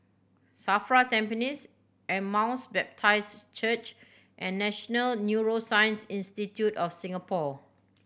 SAFRA Tampines Emmaus Baptist Church and National Neuroscience Institute of Singapore